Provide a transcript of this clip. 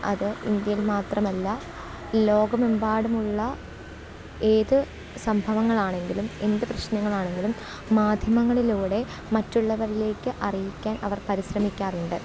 അത് ഇന്ത്യയിൽ മാത്രമല്ല ലോകമെമ്പാടുമുള്ള ഏതു സംഭവങ്ങളാണെങ്കിലും എന്തു പ്രശ്നങ്ങളാണെങ്കിലും മാധ്യമങ്ങളിലൂടെ മറ്റുള്ളവരിലേക്ക് അറിയിക്കാൻ അവർ പരിശ്രമിക്കാറുണ്ട്